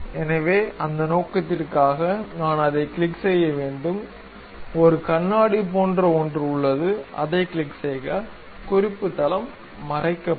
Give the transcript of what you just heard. எனவே அந்த நோக்கத்திற்காக நான் அதைக் கிளிக் செய்ய வேண்டும் ஒரு கண்ணாடி போன்ற ஒன்று உள்ளது அதைக் கிளிக் செய்க குறிப்பு தளம் மறைக்கப்படும்